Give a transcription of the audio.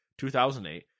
2008